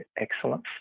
excellence